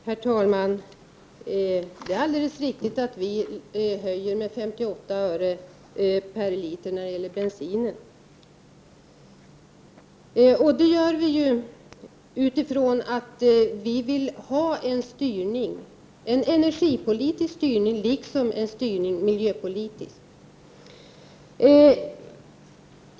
Herr talman! Det är alldeles riktigt att vi vill höja bensinskatten med 58 öre per liter. Det gör vi därför att vi vill ha en energipolitisk styrning, liksom en styrning miljöpolitiskt.